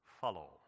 follow